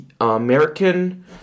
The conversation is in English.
American